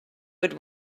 would